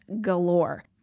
galore